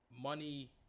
money